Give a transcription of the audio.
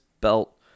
belt